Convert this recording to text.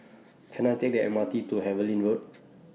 Can I Take The M R T to Harlyn Road